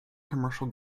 commercial